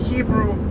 Hebrew